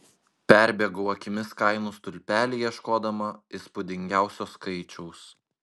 perbėgau akimis kainų stulpelį ieškodama įspūdingiausio skaičiaus